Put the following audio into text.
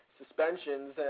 suspensions